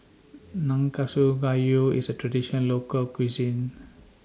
Nanakusa Gayu IS A Traditional Local Cuisine